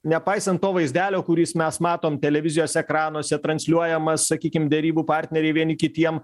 nepaisant to vaizdelio kuris mes matom televizijos ekranuose transliuojama sakykim derybų partneriai vieni kitiem